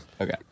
Okay